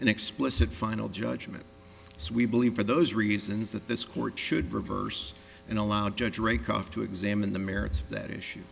an explicit final judgment as we believe for those reasons that this court should reverse and allow judge raycroft to examine the merits of that issue